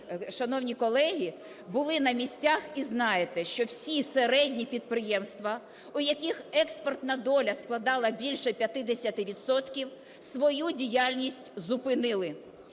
шановні колеги, були на місцях і знаєте, що всі середні підприємства, в яких експортна доля складала більше 50 відсотків, свою діяльність зупинили.